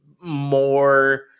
more